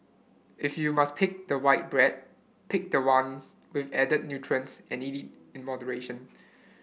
if you must pick the white bread pick the one with added nutrients and eat it in moderation